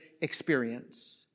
experience